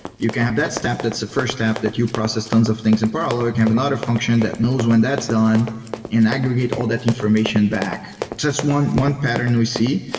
you can have that step that's the first step that you process tons of things in parallel you but can have another function that knows when that's done and aggregate all that information back. that's one one pattern we see.